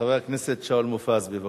חבר הכנסת שאול מופז, בבקשה.